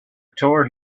tore